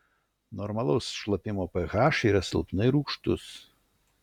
normalus šlapimo ph yra silpnai rūgštus